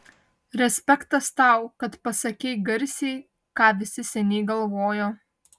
respektas tau kad pasakei garsiai ką visi seniai galvojo